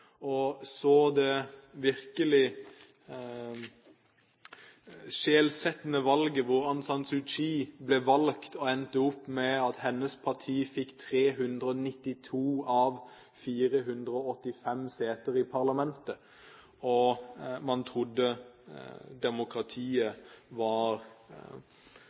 det skjellsettende valget for 20 siden da Aung San Suu Kyi ble valgt og hennes parti endte opp med å få 392 av 485 seter i parlamentet. Man trodde demokratiet var